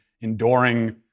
enduring